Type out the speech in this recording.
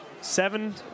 Seven